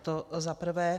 To za prvé.